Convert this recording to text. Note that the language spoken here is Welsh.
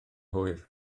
hwyr